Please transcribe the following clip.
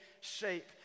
shape